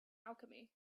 alchemy